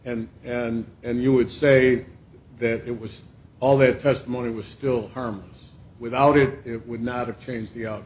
and and and you would say that it was all the testimony was still terms without it it would not have changed the o